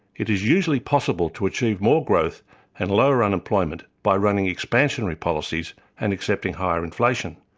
it is usually possible to achieve more growth and lower unemployment by running expansionary policies and accepting higher inflation.